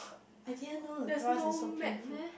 I didn't know the grass is so painful